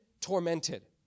tormented